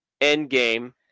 Endgame